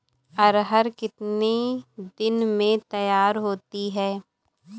अरहर कितनी दिन में तैयार होती है?